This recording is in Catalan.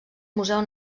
museu